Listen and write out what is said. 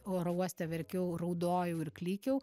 oro uoste verkiau raudojau ir klykiau